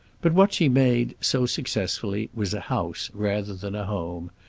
but what she made, so successfully, was a house rather than a home.